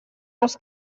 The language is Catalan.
els